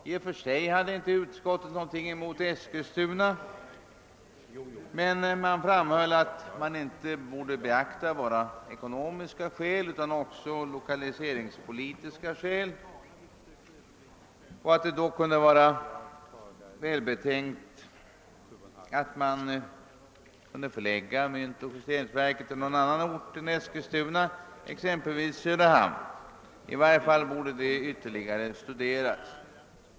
I och för sig hade utskottet inte någonting emot Eskilstuna, men utskottet framhöll att inte endast ekonomiska utan också lokaliseringspolitiska skäl borde beaktas och att det då kunde vara välbetänkt att förlägga myntoch justeringsverket till någon annan ort än Eskilstuna, exempelvis Söderhamn. I varje fall borde detta enligt utskottets mening ylterligare studeras.